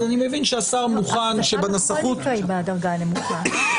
אז אני מבין שהשר מוכן שבנסחות -- החזקה היא בדרגה הנמוכה,